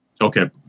Okay